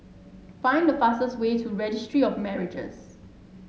find the fastest way to Registry of Marriages